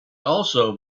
also